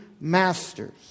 masters